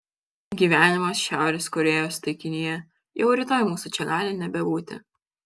gyvenimas šiaurės korėjos taikinyje jau rytoj mūsų čia gali nebebūti